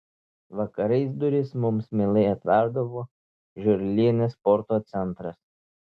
vakarais duris mums mielai atverdavo žiurlienės sporto centras